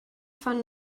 von